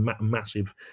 massive